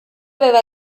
aveva